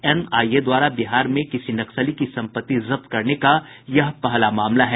NIA द्वारा बिहार में किसी नक्सली की संपत्ति जब्त करने का यह पहला मामला है